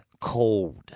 cold